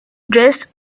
dress